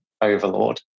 overlord